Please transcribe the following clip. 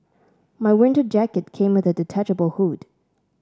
my winter jacket came with a detachable hood